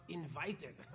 invited